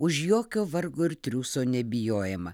už jokio vargo ir triūso nebijojimą